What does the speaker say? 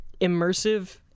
immersive